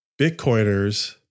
Bitcoiners